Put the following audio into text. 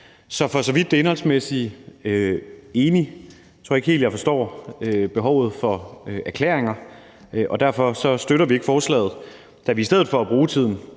Så for så vidt angår det indholdsmæssige, er jeg enig. Jeg tror ikke helt, jeg forstår behovet for erklæringer, og derfor støtter vi ikke forslaget, da vi i stedet for at bruge tiden